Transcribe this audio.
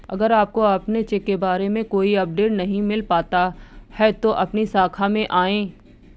अगर आपको अपने चेक के बारे में कोई अपडेट नहीं मिल पाता है तो अपनी शाखा में आएं